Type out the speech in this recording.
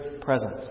presence